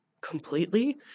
completely